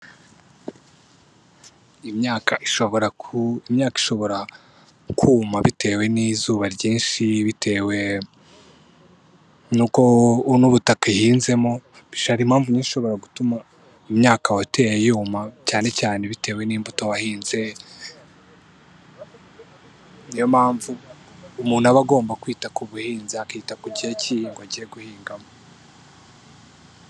Imyaka ishobora kuma bitewe n'izuba ryinshi bitewe n'ubutaka ihinzemo gusa hari impamvu ishobora gutuma imyaka wateye yuma cyane cyane bitewe n'imbuto wahinze. Niyo mpamvu umuntu aba agomba kwita ku buhinzi akita ku gihe k'ihinga agiye guhingamo.